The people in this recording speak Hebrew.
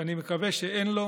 ואני מקווה שאין לו,